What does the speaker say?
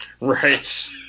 Right